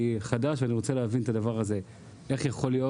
אני חדש ואני רוצה להבין איך יכול להיות